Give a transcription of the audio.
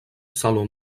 salon